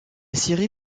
série